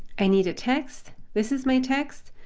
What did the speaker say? i need a text, this is my text,